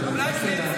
אולי חצי.